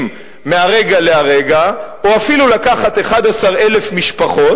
מהרגע להרגע או אפילו לקחת 11,000 משפחות,